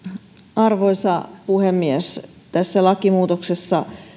arvoisa puhemies tässä lakimuutoksessa